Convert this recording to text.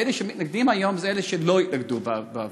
ואלה שמתנגדים היום הם אלה שלא התנגדו בעבר.